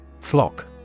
Flock